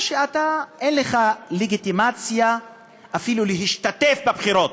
או שאתה, אין לך לגיטימציה אפילו להשתתף בבחירות.